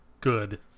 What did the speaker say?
good